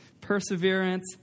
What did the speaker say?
perseverance